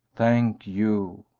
thank you,